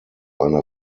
einer